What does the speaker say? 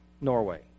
Norway